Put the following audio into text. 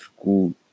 school